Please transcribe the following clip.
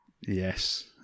Yes